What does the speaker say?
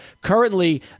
currently